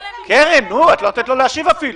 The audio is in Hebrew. קרן, את לא נותנת לו להשיב אפילו.